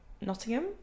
Nottingham